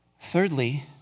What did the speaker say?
Thirdly